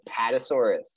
patasaurus